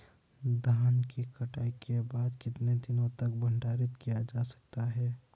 धान की कटाई के बाद कितने दिनों तक भंडारित किया जा सकता है?